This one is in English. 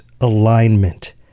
alignment